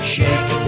Shake